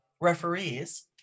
referees